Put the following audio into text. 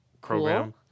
program